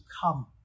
come